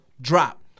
drop